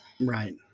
Right